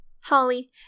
Holly